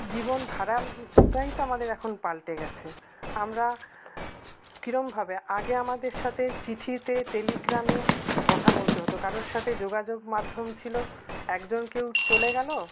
জীবনধারাটাই তো আমাদের এখন পাল্টে গেছে আমরা কীরমভাবে আগে আমাদের সাতে চিঠিতে টেলিগ্রামে কথা বলতে হতো কারোর সাথে যোগাযোগ মাধ্যম ছিলো একজন কেউ চলে গেলো